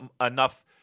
enough